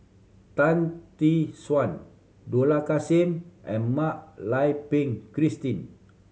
Tan Tee Suan Dollah Kassim and Mak Lai Peng Christine